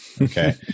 Okay